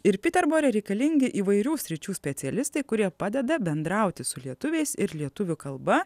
ir piterbore reikalingi įvairių sričių specialistai kurie padeda bendrauti su lietuviais ir lietuvių kalba